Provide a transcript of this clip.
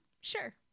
Sure